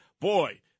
boy